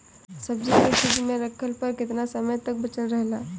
सब्जी के फिज में रखला पर केतना समय तक बचल रहेला?